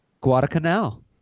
Guadalcanal